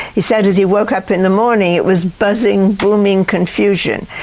he said as he woke up in the morning it was buzzing, booming confusion.